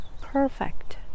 perfect